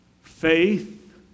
faith